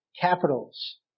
capitals